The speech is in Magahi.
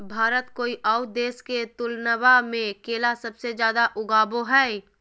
भारत कोय आउ देश के तुलनबा में केला सबसे जाड़े उगाबो हइ